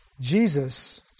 Jesus